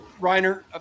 reiner